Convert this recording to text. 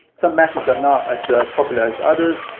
some matches are not as ah popular as others.